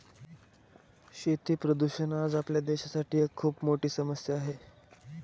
शेती प्रदूषण आज आपल्या देशासाठी एक खूप मोठी समस्या आहे